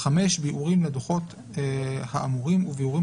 (5)ביאורים לדוחות האמורים וביאורים